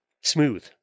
smooth